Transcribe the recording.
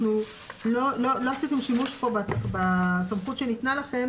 לא עשיתם שימוש פה בסמכות שניתנה לכם